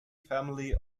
family